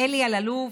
אלי אלאלוף,